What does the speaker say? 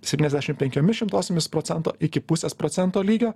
septyniasdešim penkiomis šimtosiomis procento iki pusės procento lygio